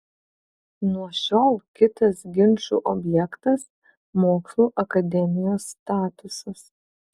nuo šiol kitas ginčų objektas mokslų akademijos statusas